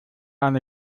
eine